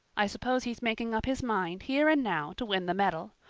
i suppose he's making up his mind, here and now, to win the medal.